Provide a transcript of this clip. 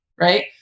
right